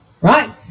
Right